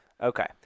Okay